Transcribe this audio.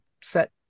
set